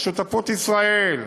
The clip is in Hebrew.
בשותפות ישראל,